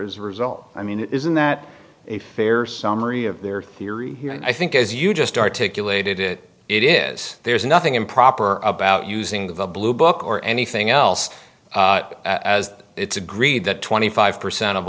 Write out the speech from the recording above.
as a result i mean isn't that a fair summary of their theory and i think as you just articulated it it is there's nothing improper about using the blue book or anything else as it's agreed that twenty five percent of